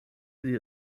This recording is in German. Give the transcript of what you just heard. sie